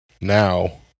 Now